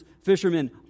fishermen